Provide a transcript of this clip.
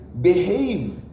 behave